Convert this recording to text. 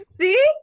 See